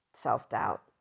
Self-doubt